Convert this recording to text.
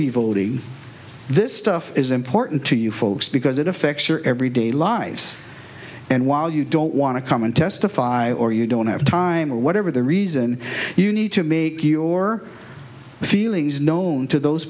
be voting this stuff is important to you folks because it affects your everyday lives and while you don't want to come and testify or you don't have time or whatever the reason you need to make your feelings known to those